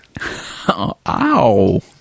Ow